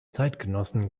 zeitgenossen